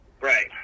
Right